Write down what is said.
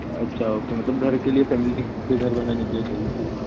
अच्छा ओके मतलब घर के लिए फ़ैमिली के लिए घर बनाने के लिए चाहिए फिर